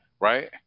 Right